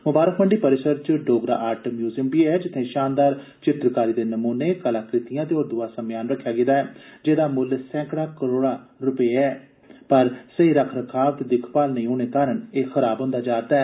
मुबारकमंडी परिसर च Dogra art museum बी ऐ जित्थे शानदार चित्रकारी दे नमूने कला कर्तियां ते होर दुआ समेयान रक्खेआ गेदा ऐ जेहदा मुल्ल सैकड़ां करोड़ रपे कोला बी मता ऐ पर सहेई रक्ख रक्खाव ते दिक्खवाल नेईं होने कारण एह् खराब होन्दा जा'रदा ऐ